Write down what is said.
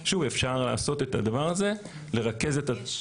שוב, אפשר לעשות את הדבר הזה, לרכז --- יש.